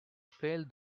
failed